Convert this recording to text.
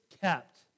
kept